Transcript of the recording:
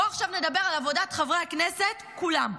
בואו עכשיו נדבר על עבודת חברי הכנסת כולם,